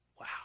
Wow